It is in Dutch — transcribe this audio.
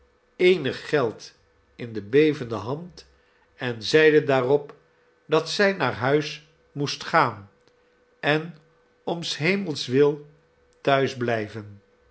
eenig geld in de bevende hand en zeide daarop dat zij naar huis moest gaan en om shemelswil thuis blijven